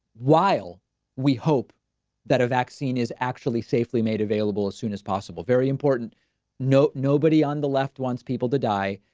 while we hope that a vaccine is actually safely made available as soon as possible, very important note. nobody on the left wants people to die.